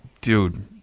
dude